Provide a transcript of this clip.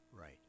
right